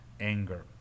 anger